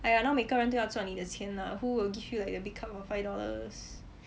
!aiya! now 每个人都要赚你的钱啦 who will give you like a big cup for five dollars